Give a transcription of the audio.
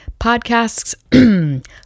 podcasts